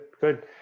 good